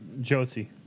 Josie